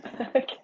Okay